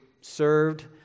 served